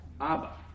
Abba